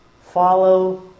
follow